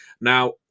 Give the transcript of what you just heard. Now